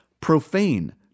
Profane